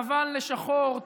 לבן לשחור,